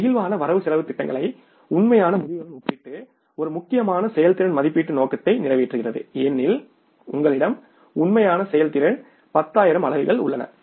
நெகிழ்வான வரவு செலவுத் திட்டங்களை உண்மையான முடிவுகளுடன் ஒப்பிட்டு ஒரு முக்கியமான செயல்திறன் மதிப்பீட்டு நோக்கத்தை நிறைவேற்றுகிறது ஏனெனில் உங்களிடம் உண்மையான செயல்திறன் 10 ஆயிரம் அலகுகள் உள்ளன